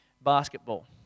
Basketball